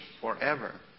forever